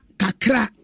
kakra